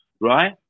right